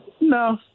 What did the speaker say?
No